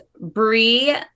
Bree